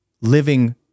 living